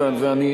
לאדוני,